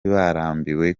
barambiwe